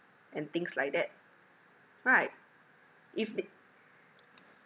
and things like that right if they